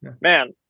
man